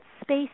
space